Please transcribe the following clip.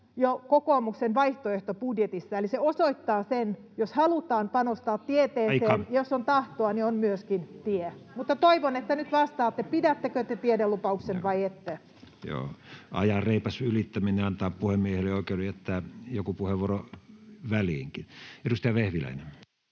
jo kokoomuksen vaihtoehtobudjetissa, eli se osoittaa sen, että jos halutaan panostaa tieteeseen, [Puhemies: Aika!] jos on tahtoa, niin on myöskin tie. Mutta toivon, että nyt vastaatte: pidättekö te tiedelupauksen vai ette? Ajan reipas ylittäminen antaa puhemiehelle oikeuden jättää joku puheenvuoro väliinkin. — Edustaja Vehviläinen.